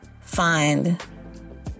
find